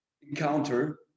encounter